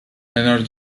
inner